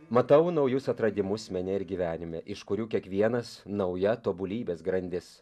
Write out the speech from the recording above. matau naujus atradimus mene ir gyvenime iš kurių kiekvienas nauja tobulybės grandis